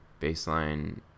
baseline